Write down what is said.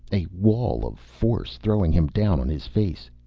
a wall of force, throwing him down on his face.